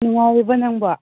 ꯅꯨꯡꯉꯥꯏꯔꯤꯕꯣ ꯅꯪꯕꯣ